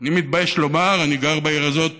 אני מתבייש לומר, אני גר בעיר הזאת